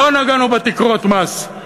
לא נגענו בתקרות מס,